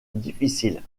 difficile